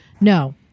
No